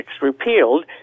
repealed